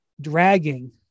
dragging